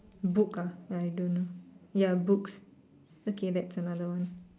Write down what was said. book ah I don't know ya books okay that's another one